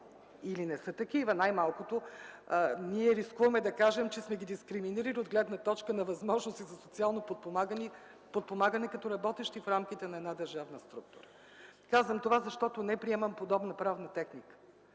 или не са такава? Най-малкото рискуваме да кажем, че сме ги дискриминирали от гледна точка на възможност за социално подпомагане като работещи в рамките на държавна структура. Казвам това, защото не приемам подобна правна техника.